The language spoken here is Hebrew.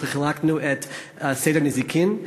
אנחנו חילקנו את סדר נזיקין,